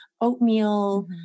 oatmeal